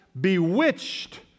bewitched